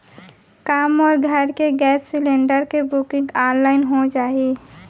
का मोर घर के गैस सिलेंडर के बुकिंग ऑनलाइन हो जाही?